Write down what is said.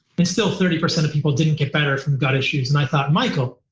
and still thirty percent of people didn't get better from gut issues and i thought, michael,